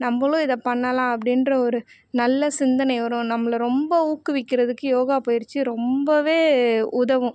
நம்மளும் இதை பண்ணலாம் அப்படின்ற ஒரு நல்ல சிந்தனை வரும் நம்மள ரொம்ப ஊக்குவிக்கிறத்துக்கு யோகா பயிற்சி ரொம்பவே உதவும்